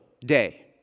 day